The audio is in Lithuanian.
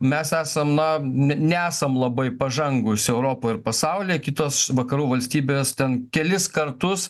mes esam na ne neesam labai pažangūs europoj ir pasaulyje kitos vakarų valstybės ten kelis kartus